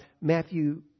Matthew